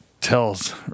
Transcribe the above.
tells